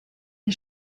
est